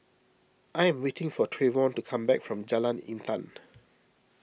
I am waiting for Trayvon to come back from Jalan Intan